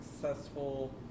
successful